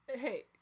hey